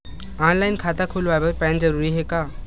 Online खाता खुलवाय बर पैन जरूरी हे का?